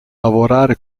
lavorare